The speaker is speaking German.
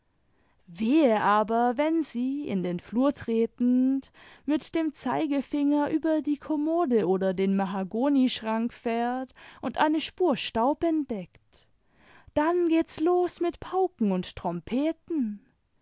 wehe aber wenn sie in den flur tretend mit dem zeigefinger über die kommode oder den mahagonischrank fährt und eine spur staub entdeckt dann geht's los mit pauken und trompeten